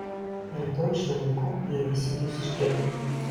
rytoj šiuo laiku jie visi bus išgelbėti